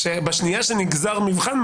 בשנייה שנגזר מבחן,